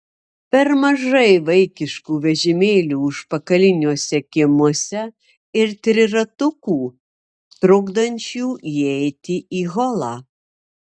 per mažai vaikiškų vežimėlių užpakaliniuose kiemuose ir triratukų trukdančių įeiti į holą